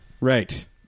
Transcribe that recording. Right